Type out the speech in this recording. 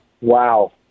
Wow